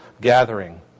gathering